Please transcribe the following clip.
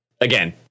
again